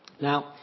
Now